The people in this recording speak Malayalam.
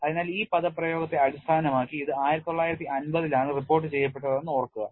അതിനാൽ ഈ പദപ്രയോഗത്തെ അടിസ്ഥാനമാക്കി ഇത് 1950 ലാണ് റിപ്പോർട്ട് ചെയ്യപ്പെട്ടതെന്ന് ഓർക്കുക